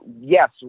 yes